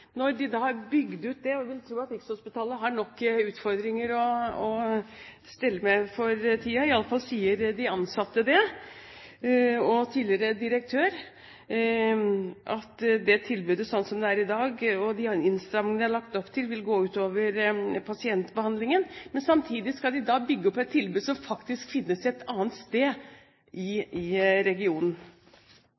når de har bygd ut det – og jeg vil tro at Rikshospitalet har nok av utfordringer å stelle med for tiden. Iallfall sier de ansatte og tidligere direktør at tilbudet slik det er i dag, og de innstrammingene det er lagt opp til, vil gå ut over pasientbehandlingen. Men samtidig skal de da bygge opp et tilbud som faktisk finnes et annet sted i